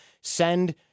Send